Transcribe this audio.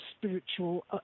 spiritual